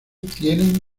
tienen